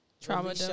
Trauma